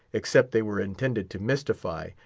except they were intended to mystify,